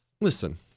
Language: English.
listen